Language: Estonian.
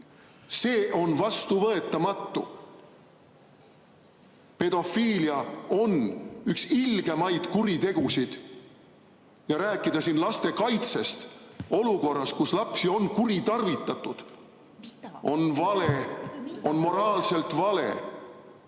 See on vastuvõetamatu! Pedofiilia on üks ilgemaid kuritegusid ja rääkida siin laste kaitsest olukorras, kus lapsi on kuritarvitatud, on vale. See on moraalselt vale!